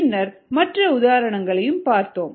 பின்னர் மற்ற உதாரணங்களைப் பார்த்தோம்